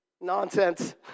Nonsense